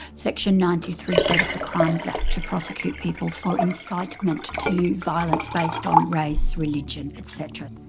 section ninety three set of the crimes act to prosecute people for incitement to violence based on race, religion, et cetera.